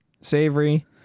savory